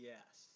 Yes